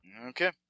Okay